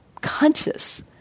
conscious